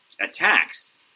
attacks